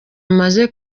bamaze